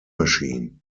machine